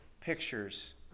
pictures